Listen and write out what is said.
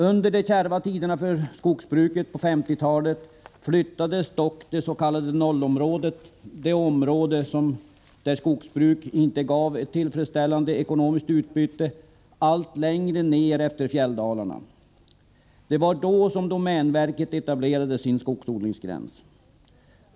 Under de kärva tiderna för skogsbruket på 1950-talet flyttades dock det s.k. nollområdet, det område där skogsbruket inte gav ett tillfredsställande ekonomiskt utbyte, allt längre ner efter fjälldalarna. Det var då som domänverket etablerade sin skogsodlingsgräns.